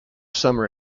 summer